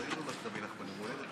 לא הילולת רבי נחמן,